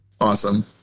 Awesome